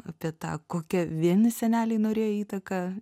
apie tą kokią vieni seneliai norėjo įtaką